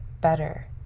better